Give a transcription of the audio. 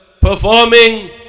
performing